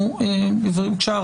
בבקשה,